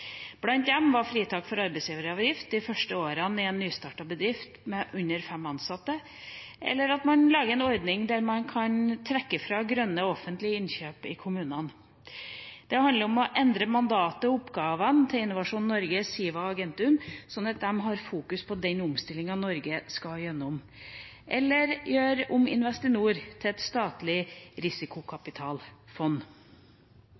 Blant dem var fritak for arbeidsgiveravgift de første årene i en nystartet bedrift med under fem ansatte, eller at man lager en ordning der man kan trekke fra grønne offentlige innkjøp i kommunene. Det handler om å endre mandatet og oppgavene til Innovasjon Norge, Siva og Argentum, slik at de har fokus på den omstillinga Norge skal gjennom, eller å gjøre om Investinor til et statlig